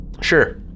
Sure